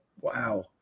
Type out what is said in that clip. wow